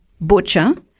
butcher